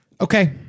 Okay